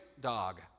dog